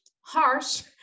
harsh